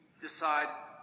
decide